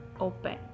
open